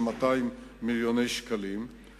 של 200 מיליון שקלים,